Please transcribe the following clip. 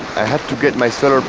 i have to get my solar but